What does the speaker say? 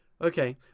Okay